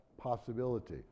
possibility